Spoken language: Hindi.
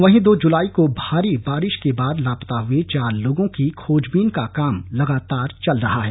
वहीं दो जुलाई को भारी बारिश के बाद लापता हुए चार लोगों की खोजबीन का काम लगातार चल रहा है